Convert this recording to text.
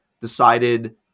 decided